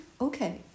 okay